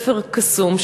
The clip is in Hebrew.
ספר קסום,